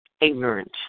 ignorant